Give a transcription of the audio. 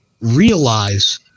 realize